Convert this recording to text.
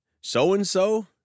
so-and-so